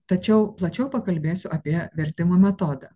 tačiau plačiau pakalbėsiu apie vertimo metodą